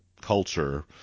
culture